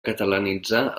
catalanitzar